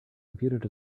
computed